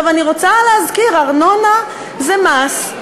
אני רוצה להזכיר, ארנונה זה מס,